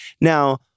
Now